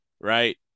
right